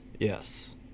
Yes